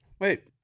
Wait